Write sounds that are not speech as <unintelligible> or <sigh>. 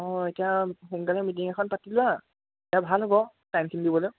অঁ এতিয়া সোনকালে মিটিং এখন পাতি লোৱা <unintelligible> ভাল হ'ব টাইমখিনি দিবলে